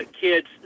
kids